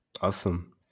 Awesome